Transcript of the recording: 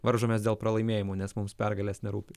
varžomės dėl pralaimėjimų nes mums pergalės nerūpi